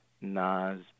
Nas